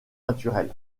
naturel